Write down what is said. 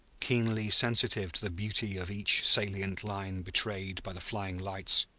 keenly sensitive to the beauty of each salient line betrayed by the flying lights,